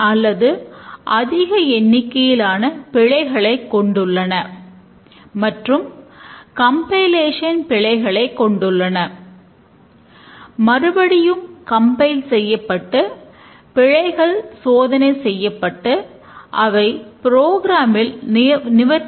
நாம் இந்த பிரித்தறிதலை அடைந்துவிட்டோமானால் வடிவமைப்பை துவங்குவதற்கு தயாராக இருக்கிறோம் என்று அர்த்தம்